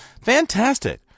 Fantastic